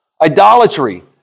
Idolatry